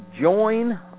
join